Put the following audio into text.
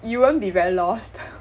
you won't be very lost